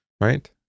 right